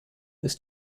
ist